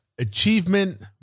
achievement